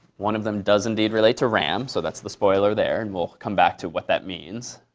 one of them does indeed relate to ram. so that's the spoiler there. and we'll come back to what that means.